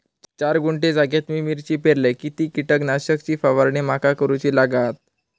चार गुंठे जागेत मी मिरची पेरलय किती कीटक नाशक ची फवारणी माका करूची लागात?